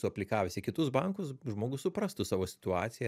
suaplikavęs į kitus bankus žmogus suprastų savo situaciją